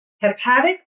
hepatic